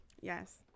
Yes